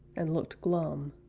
and looked glum.